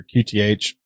QTH